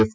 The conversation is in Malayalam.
എഫ്